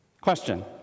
Question